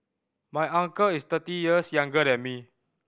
my uncle is thirty years younger than me